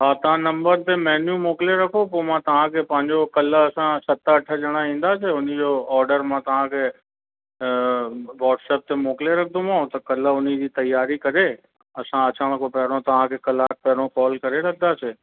हा तव्हां नम्बर ते मैन्यू मोकिले रखो पोइ मां तव्हांखे पंहिंजो कल्ह असां सत अठ ॼणा ईंदासीं हुनजो ऑडर मां तव्हांखे वॉट्सप ते मोकिले रखंदोमांव त कल्ह हुनजी तयारी करे असां अचण खां पहिरों तव्हांखे कलाक पहिरों कॉल करे रखंदासीं